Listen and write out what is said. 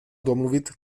domluvit